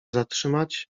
zatrzymać